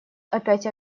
опять